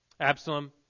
Absalom